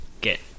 get